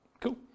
Cool